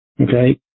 Okay